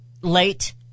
late